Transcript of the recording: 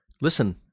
Listen